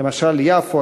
למשל יפו,